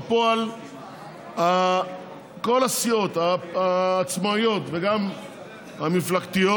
בפועל כל הסיעות העצמאיות וגם המפלגתיות